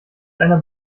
einer